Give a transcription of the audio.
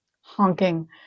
honking